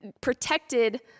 protected